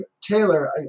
Taylor